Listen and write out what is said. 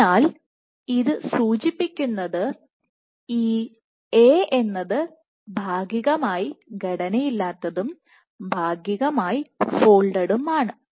അതിനാൽ ഇത് സൂചിപ്പിക്കുന്നത് ഈ A എന്നത് ഭാഗികമായി ഘടനയില്ലാത്തതും ഭാഗികമായി ഫോൾഡഡും Folded ആണ്